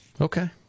okay